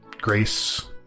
Grace